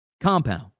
compound